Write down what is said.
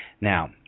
Now